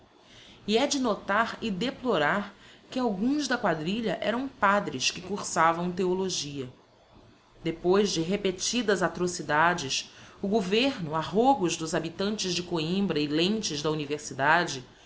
e é de notar e deplorar que alguns da quadrilha eram padres que cursavam theologia depois de repetidas atrocidades o governo a rogos dos habitantes de coimbra e lentes da universidade